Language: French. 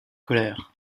colère